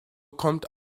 kommt